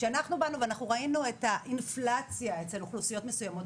כשאנחנו באנו ואנחנו ראינו את האינפלציה אצל אוכלוסיות מסוימות,